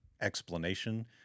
explanation